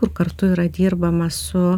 kur kartu yra dirbama su